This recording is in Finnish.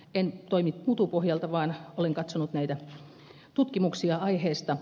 en toimi mutu pohjalta vaan olen katsonut näitä tutkimuksia aiheesta